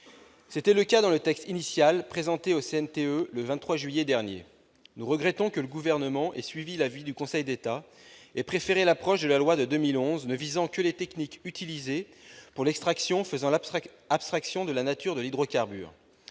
national de la transition écologique, le CNTE, le 23 juillet dernier. Nous regrettons que le Gouvernement ait suivi l'avis du Conseil d'État et préféré l'approche de la loi de 2011, ne visant que les techniques utilisées pour l'extraction, et faisant abstraction de la nature de l'hydrocarbure.